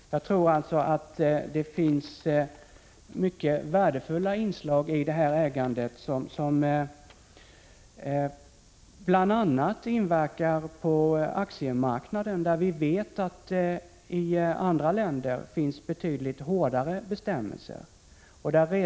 Jag tror alltså att det finns mycket värdefulla inslag i detta ägande. Det inverkar bl.a. på aktiemarknaden, eftersom vi vet att det i andra länder finns betydligt hårdare bestämmelser när det gäller börsetik.